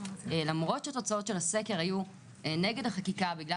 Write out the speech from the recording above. למרות שהתוצאות של הסקר היו נגד החקיקה בגלל